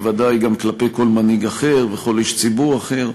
בוודאי גם כלפי כל מנהיג אחר וכל איש ציבור אחר.